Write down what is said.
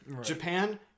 Japan